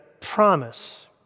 promise